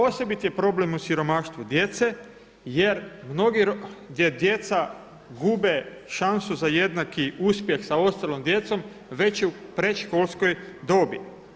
Osobit je problem u siromaštvu djece jer mnogi, gdje djeca gube šansu za jednaki uspjeh sa ostalom djecom već u predškolskoj dobi.